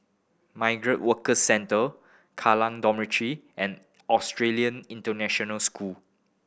Migrant Worker Centre Kallang Dormitory and Australian International School